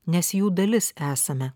nes jų dalis esame